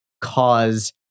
cause